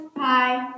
bye